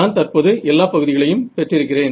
நான் தற்போது எல்லாப் பகுதிகளையும் பெற்று இருக்கிறேன்